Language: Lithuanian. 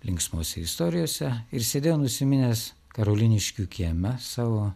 linksmose istorijose ir sėdėjau nusiminęs karoliniškių kieme savo